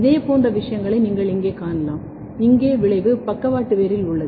இதேபோன்ற விஷயங்களை நீங்கள் இங்கே காணலாம் இங்கே விளைவு பக்கவாட்டு வேரில் உள்ளது